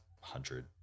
hundred